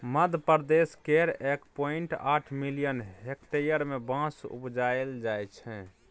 मध्यप्रदेश केर एक पॉइंट आठ मिलियन हेक्टेयर मे बाँस उपजाएल जाइ छै